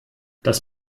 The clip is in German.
das